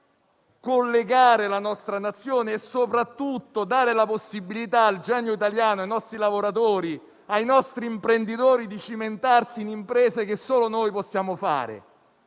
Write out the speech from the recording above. collegare la nostra Nazione e soprattutto di dare la possibilità al genio italiano, ai nostri lavoratori e ai nostri imprenditori di cimentarsi in imprese che solo noi possiamo